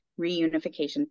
reunification